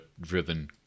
driven